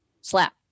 Slap